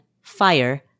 FIRE